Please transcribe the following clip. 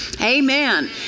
Amen